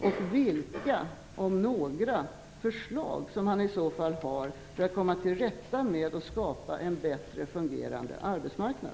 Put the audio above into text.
Och vilka - om några - förslag har han i så fall för att komma till rätta med och för att skapa en bättre fungerande arbetsmarknad?